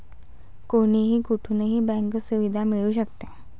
कोणीही कुठूनही बँक सुविधा मिळू शकते